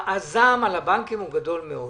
הזעם על הבנקים הוא גדול מאוד.